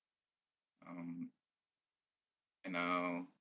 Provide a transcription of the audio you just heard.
um and uh